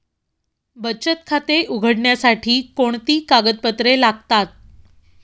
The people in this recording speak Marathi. बचत खाते उघडण्यासाठी कोणती कागदपत्रे लागतात?